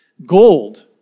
Gold